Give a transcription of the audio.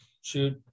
shoot